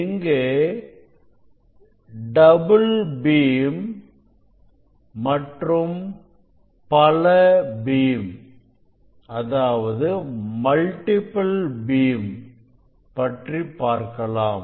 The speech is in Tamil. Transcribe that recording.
இங்கு டபுள் பீம் மற்றும் பல பீம் பற்றி பார்க்கலாம்